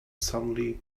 suddenly